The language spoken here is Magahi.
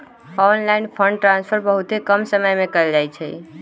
ऑनलाइन फंड ट्रांसफर बहुते कम समय में कएल जाइ छइ